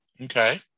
Okay